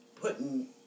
putting